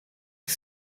ich